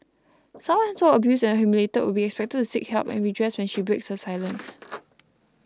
someone so abused and humiliated would be expected to seek help and redress when she breaks her silence